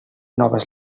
noves